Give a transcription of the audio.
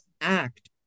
act